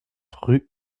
rue